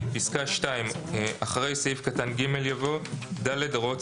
בפסקה (2): (2)אחרי סעיף קטן (ג) יבוא: "(ד)הוראות